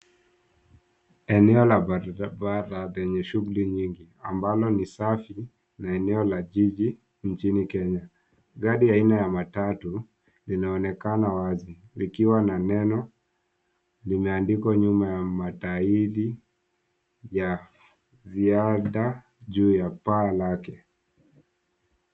Eneo la barabara lenye shughuli nyingi ambalo ni safi na eneo la jiji nchini Kenya. Gari aina ya matatu linaonekana wazi likiwa na neno limeandikwa nyuma ya matairi ya vyada juu ya paa lake..